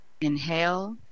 inhale